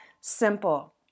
simple